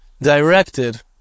directed